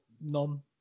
non